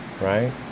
right